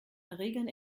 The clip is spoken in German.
erregern